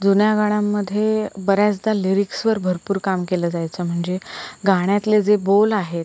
जुन्या गाण्यांमध्ये बऱ्याचदा लिरिक्सवर भरपूर काम केलं जायचं म्हणजे गाण्यातले जे बोल आहेत